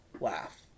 laugh